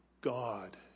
God